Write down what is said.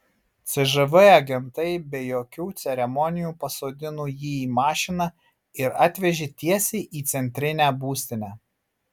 cžv agentai be jokių ceremonijų pasodino jį į mašiną ir atvežė tiesiai į centrinę būstinę